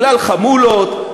בגלל חמולות,